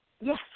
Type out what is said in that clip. Yes